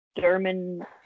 German